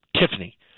Tiffany